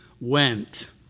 went